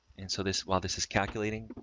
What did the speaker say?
and so this while this is calculating,